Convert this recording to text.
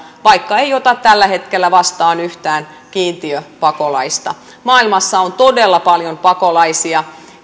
vaikka ei ota tällä hetkellä vastaan yhtään kiintiöpakolaista maailmassa on todella paljon pakolaisia